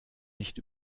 nicht